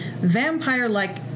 vampire-like